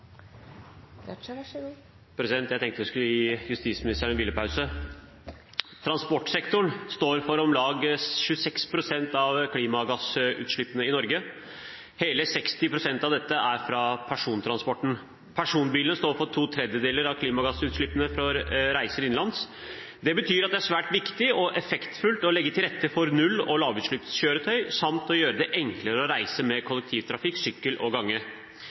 klimagassutslippene i Norge. Hele 60 pst. av dette er fra persontransporten. Personbilene står for to tredjedeler av klimagassutslippene for reiser innenlands. Det betyr at det er svært viktig og effektfullt å legge til rette for null- og lavutslippskjøretøy samt å gjøre det enklere å reise med kollektivtrafikk, sykkel og gange.